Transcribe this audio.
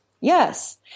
Yes